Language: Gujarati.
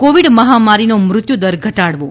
કોવીડ મહામારીનો મૃત્યુદર ઘટાડવો